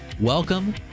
Welcome